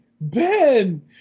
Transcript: Ben